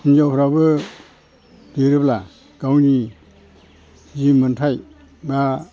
हिनजावफ्राबो देरोब्ला गावनि जि मोनथाय बा